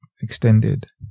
extended